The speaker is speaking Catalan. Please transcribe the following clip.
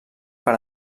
per